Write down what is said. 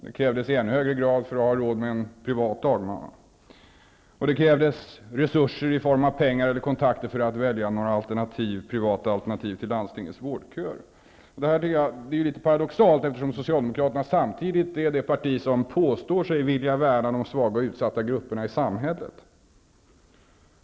Det krävdes i ännu högre grad för att ha råd med en privat dagmamma. Och det krävdes resurser i form av pengar eller kontakter för att välja några privata alternativ till landstingens vårdköer. Det här tycker jag är litet paradoxalt, eftersom Socialdemokraterna samtidigt är det parti som påstår sig vilja värna de svaga och utsatta grupperna i samhället.